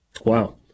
Wow